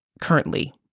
currently